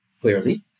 clearly